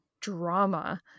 drama